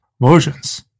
versions